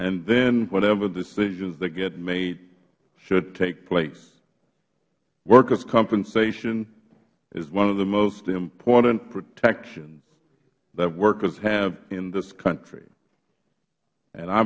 and then whatever decisions that get made should take place workers compensation is one of the most important protections that workers have in this country and i